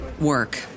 work